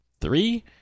three